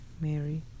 Mary